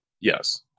Yes